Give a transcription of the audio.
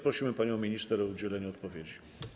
Prosimy panią minister o udzielenie odpowiedzi.